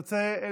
האם תרצה לסכם?